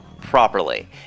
properly